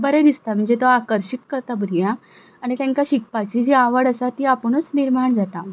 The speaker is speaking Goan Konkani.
बरें दिसता म्हणजे तो आकर्शीत करता भुरग्यांक आनी तांकां शिकपाची जी आवड आसा ती आपुणूच निर्माण जाता